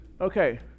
Okay